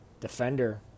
defender